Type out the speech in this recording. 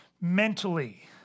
mentally